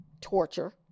torture